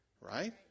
right